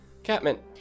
Catman